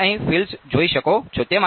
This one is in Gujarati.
તમે અહીં ફિલ્ડ્સ જોઈ શકો છો